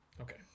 Okay